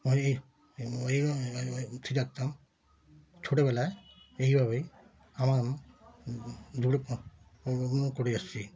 আমার এই এই স্থির রাখতাম ছোটবেলায় এভাবেই আমার দৌড়ে অংশগ্রহণ করে এসেছি